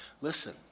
Listen